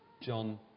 John